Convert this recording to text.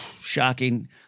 Shocking